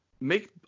make